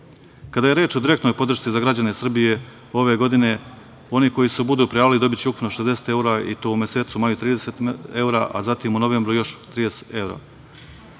ime. Kada je reč o direktnoj podršci za građane Srbije ove godine, oni koji se budu prijavili dobiće ukupno 60 evra, i to u mesecu maju 30 evra, a zatim u novembru još 30 evra.